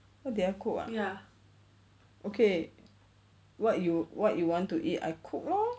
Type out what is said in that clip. what did I cook ah okay [what] you want you want to eat I cook lor